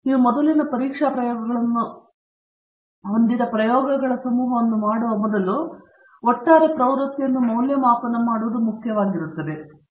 ನೀವು ಮೊದಲಿನ ಪರೀಕ್ಷಾ ಪ್ರಯೋಗಗಳನ್ನು ಹೊಂದಿದ ಮೊದಲ ಪ್ರಯೋಗಗಳ ಸಮೂಹವನ್ನು ಮಾಡುವ ಮೊದಲು ಒಟ್ಟಾರೆ ಪ್ರವೃತ್ತಿಯನ್ನು ಮೌಲ್ಯಮಾಪನ ಮಾಡುವುದು ಮುಖ್ಯವಾದದ್ದು